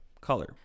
color